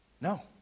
No